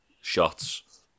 shots